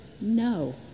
no